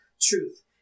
truth